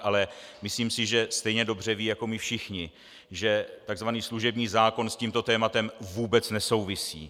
Ale myslím si, že stejně dobře ví jako my všichni, že takzvaný služební zákon s tímto tématem vůbec nesouvisí.